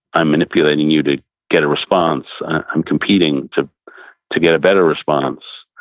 i'm manipulating you to get a response. i'm competing to to get a better response.